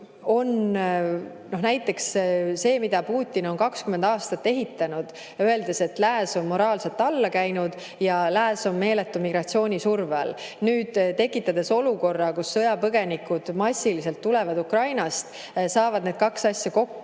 see, mida Putin on 20 aastat ehitanud, öeldes, et Lääs on moraalselt alla käinud, ja Lääs on meeletu migratsioonisurve all. Tekitades olukorra, kus sõjapõgenikud massiliselt tulevad Ukrainast, saavad need kaks asja kokku,